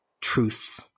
truth